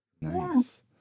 nice